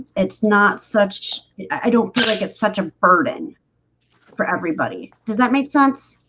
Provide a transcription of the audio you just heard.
it's not such i don't feel like it's such a burden for everybody. does that make sense?